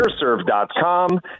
airserve.com